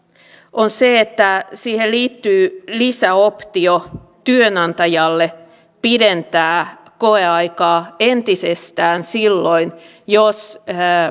on se että siihen liittyy lisäoptio työnantajalle pidentää koeaikaa entisestään silloin jos